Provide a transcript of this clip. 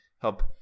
help